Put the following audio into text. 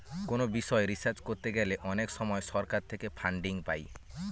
কোনো বিষয় রিসার্চ করতে গেলে অনেক সময় সরকার থেকে ফান্ডিং পাই